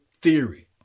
theory